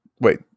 Wait